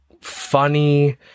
funny